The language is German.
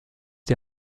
die